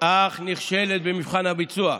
אך נכשלת במבחן הביצוע.